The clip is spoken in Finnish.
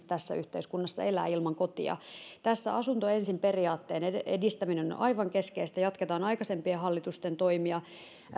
tässä yhteiskunnassa elää ilman kotia tässä asunto ensin periaatteen edistäminen on aivan keskeistä jatketaan aikaisempien hallitusten toimia